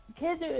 kids